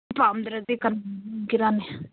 ꯄꯥꯝꯗ꯭꯭ꯔꯗꯤ